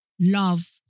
love